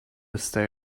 stay